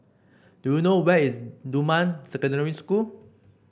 do you know where is Dunman Secondary School